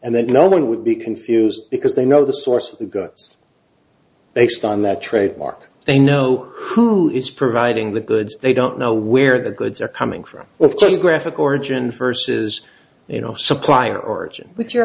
and that no one would be confused because they know the source of the goods based on that trademark they know who is providing the goods they don't know where the goods are coming from the first graphic origin first says you know supplier origin with your